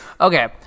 Okay